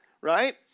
right